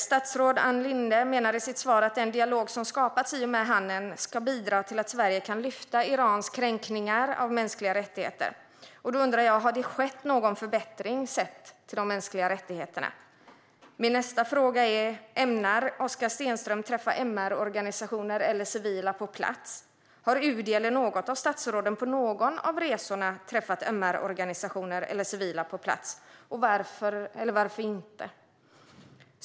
Statsrådet Ann Linde menar i sitt svar att den dialog som skapats i och med handeln ska bidra till att Sverige kan lyfta Irans kränkningar av mänskliga rättigheter. Då undrar jag: Har det skett någon förbättring sett till de mänskliga rättigheterna? Min nästa fråga är: Ämnar Oscar Stenström träffa MR-organisationer eller civila på plats? Har UD eller något av statsråden på någon av resorna träffat MR-organisationer eller civila på plats? Varför, eller varför inte?